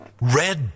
Red